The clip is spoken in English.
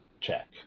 check